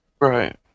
Right